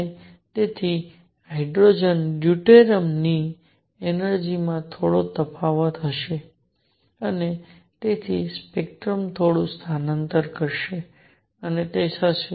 અને તેથી હાઇડ્રોજન ડ્યુટેરિયમની એનર્જિ માં થોડો તફાવત હશે અને તેથી સ્પેક્ટ્રમ થોડું સ્થળાંતર કરશે અને તે થશે